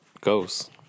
goes